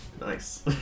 Nice